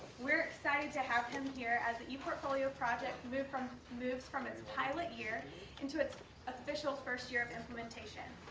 we're excited to have him here as the eportfolio project moves from moves from its pilot year into its official first year of implementation.